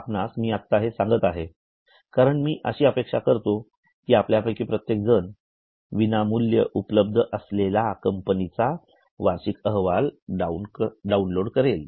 आपणास मी आत्ता हे सांगत आहे कारण मी अशी अपेक्षा करतो कि आपल्या पैकी प्रत्येक जण विनामुल्य उपलब्ध असलेला कंपनीचा वार्षिक अहवाल डाउनलोड कराल